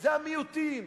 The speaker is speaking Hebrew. זה המיעוטים,